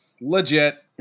Legit